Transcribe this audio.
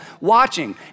watching